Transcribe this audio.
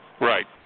Right